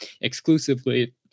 exclusively